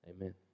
Amen